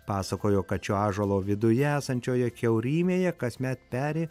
pasakojo kad šio ąžuolo viduje esančioje kiaurymėje kasmet peri